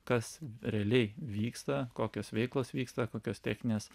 kas realiai vyksta kokios veiklos vyksta kokios techninės